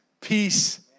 peace